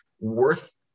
worth